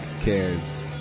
cares